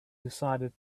decided